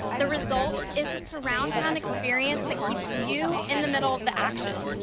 the result is a surround sound experience that keeps you in the middle of the action,